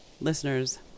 Listeners